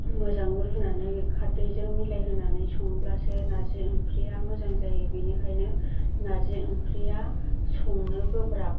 मोजाङै रुनानै खारदैजों मिलायहोनानै संब्लासो नारजि ओंख्रिया मोजां जायो बिनिखायनो नारजि ओंख्रिया संनो गोब्राब